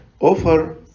offer